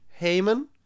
Heyman